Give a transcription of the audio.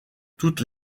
toutes